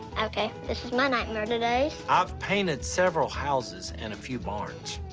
okay. this is my nightmare today. i've painted several houses and a few barns.